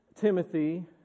Timothy